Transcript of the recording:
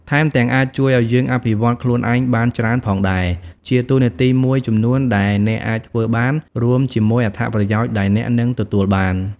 ថែមទាំងអាចជួយឱ្យយើងអភិវឌ្ឍខ្លួនឯងបានច្រើនផងដែរ ជាតួនាទីមួយចំនួនដែលអ្នកអាចធ្វើបាន រួមជាមួយអត្ថប្រយោជន៍ដែលអ្នកនឹងទទួលបាន។